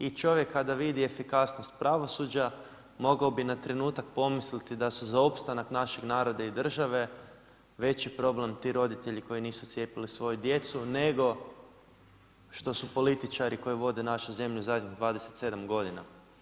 I čovjek kada vidi efikasnost pravosuđa mogao bi na trenutak pomisliti da su za opstanak našeg naroda i države veći problem ti roditelji koji nisu cijepili svoju djecu, nego što su političari koji vode našu zemlju zadnjih 27 godina.